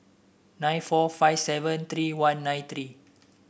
nine four five seven three one nine three